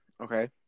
Okay